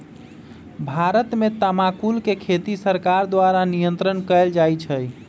भारत में तमाकुल के खेती सरकार द्वारा नियन्त्रण कएल जाइ छइ